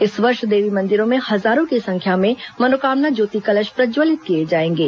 इस वर्ष देवी मंदिरों में हजारों की संख्या में मनोकामना ज्योति कलश प्रज्जवलित किए जाएंगे